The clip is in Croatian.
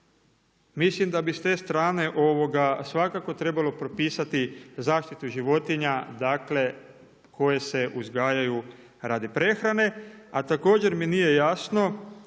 Mislim da bi s te strane svakako trebalo propisati zaštitu životinja, dakle koje se uzgajaju radi prehrane. A također mi nije jasno